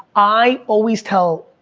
i always tell,